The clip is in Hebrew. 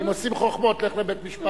אם עושים חוכמות, לך לבית-משפט.